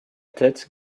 tête